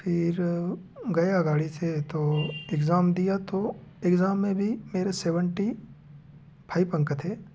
फिर गया गाड़ी से तो एग्जाम दिया तो एग्जाम में भी मेरे सेवेंटी फाइव अंक थे